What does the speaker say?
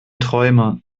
träumer